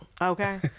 okay